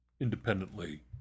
independently